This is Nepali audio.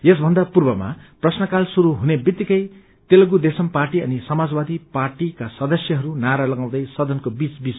यसभन्दा पूर्वमा प्रश्नकाल श्रुरू हुने बित्तिकै तेलुगुदेशम पार्टी अनि समाजवादी पार्टीका सदस्यहरूले नारा लगाउँदै सदनको बीच बीचमा आए